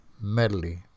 medley